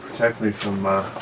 protect me from. i